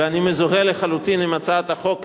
ואני מזוהה לחלוטין עם הצעת החוק הזאת.